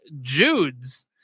jude's